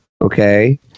Okay